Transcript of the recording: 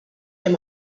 dem